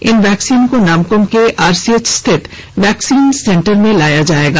इन vaccine को नामकूम के RCH स्थित वैक्सीन सेन्टर में लाया जाएगा